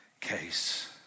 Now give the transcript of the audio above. case